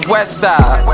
Westside